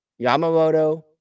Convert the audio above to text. Yamamoto